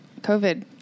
covid